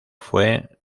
fue